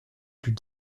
plus